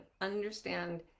understand